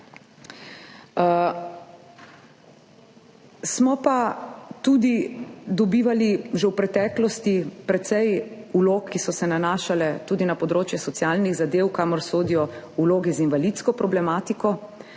Smo pa tudi dobivali že v preteklosti precej vlog, ki so se nanašale tudi na področje socialnih zadev, kamor sodijo vloge z invalidsko problematiko.